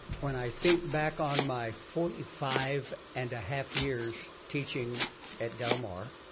when i think back on my forty five and a half years teaching at del mar,